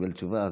קיבל תשובה.